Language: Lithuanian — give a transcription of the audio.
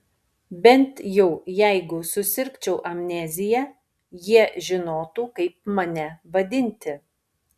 bent jau jeigu susirgčiau amnezija jie žinotų kaip mane vadinti